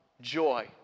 joy